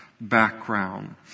background